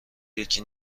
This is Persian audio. یکی